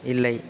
இல்லை